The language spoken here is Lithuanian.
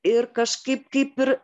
ir kažkaip kaip ir